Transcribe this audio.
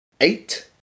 eight